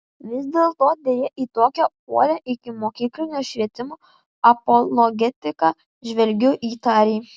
vis dėlto deja į tokią uolią ikimokyklinio švietimo apologetiką žvelgiu įtariai